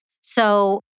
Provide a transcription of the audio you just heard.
So-